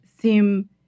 seem